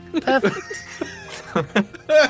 Perfect